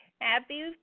Happy